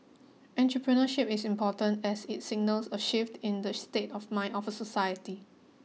entrepreneurship is important as it signals a shift in the state of mind of a society